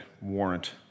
warrant